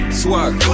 swag